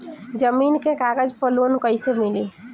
जमीन के कागज पर लोन कइसे मिली?